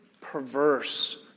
perverse